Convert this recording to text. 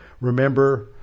remember